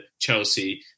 Chelsea